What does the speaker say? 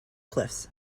cliffs